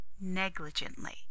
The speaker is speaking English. negligently